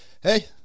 Hey